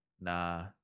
Nah